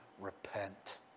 repent